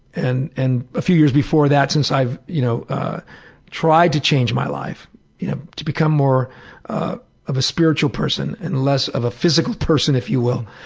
and and a few years before that since i've you know ah tried to change my life you know to become more of a spiritual person and less of a physical person, if you will.